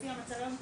לפי המצב היום,